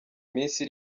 minsi